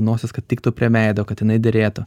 nosies kad tiktų prie veido kad jinai derėtų